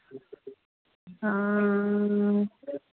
हाँ